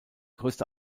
größte